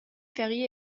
ferrier